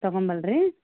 ತಗೊಂಬರ್ಲಾ